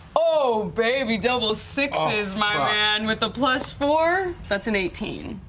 oh baby, double sixes, my man, with a plus four? that's an eighteen.